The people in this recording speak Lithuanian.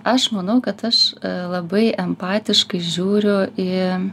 aš manau kad aš labai empatiškai žiūriu į